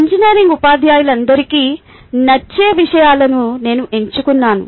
engineering ఉపాధ్యాయులందరికీ నచ్చే విషయాలను నేను ఎంచుకున్నాను